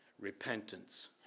Repentance